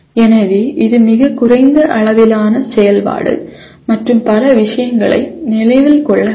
எனவே இது மிகக் குறைந்த அளவிலான செயல்பாடு மற்றும் பல விஷயங்களை நினைவில் கொள்ள வேண்டும்